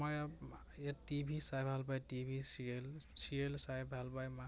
মই ইয়াত টিভি চাই ভাল পাওঁ টিভি চিৰিয়েল চিৰিয়েল চাই ভাল পায় মা